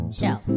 show